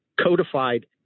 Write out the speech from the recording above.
codified